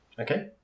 Okay